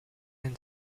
and